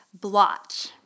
Blotch